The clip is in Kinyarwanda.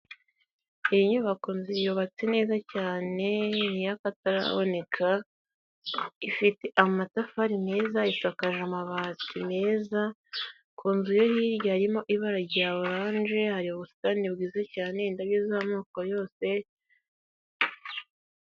Iyi nyubako yubabatse neza cyane, ni iy'akataraboneka, ifite amatafari meza isakaje amabati meza, ku nzu yo hirya harimo ibara rya oranje hari ubusitani bwiza cyane, indabyo z'amoko yose.